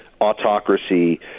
autocracy